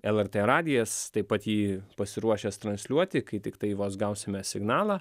lrt radijas taip pat jį pasiruošęs transliuoti kai tiktai vos gausime signalą